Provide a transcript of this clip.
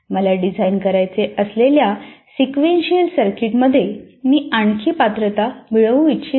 मला डिझाइन करावयाचे असलेल्या सिक्वेंशियल सर्किट मध्ये मी आणखी पात्रता मिळवू इच्छित आहे